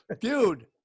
dude